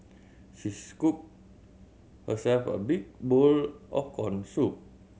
she scooped herself a big bowl of corn soup